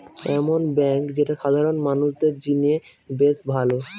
এমন বেঙ্ক যেটা সাধারণ মানুষদের জিনে বেশ ভালো